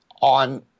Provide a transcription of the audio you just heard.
on